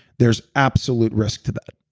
there's absolute risk to that.